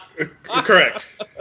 Correct